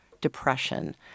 depression